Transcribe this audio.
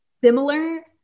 Similar